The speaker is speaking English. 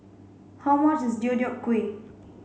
how much is Deodeok Gui